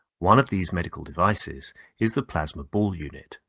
one of these medical devices is the plasma ball unit.